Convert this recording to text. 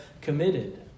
committed